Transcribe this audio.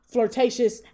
Flirtatious